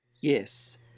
Yes